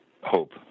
hope